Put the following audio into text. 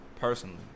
personally